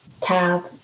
tab